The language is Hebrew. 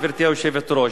גברתי היושבת-ראש,